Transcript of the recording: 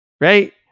Right